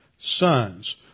sons